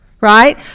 right